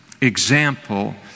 example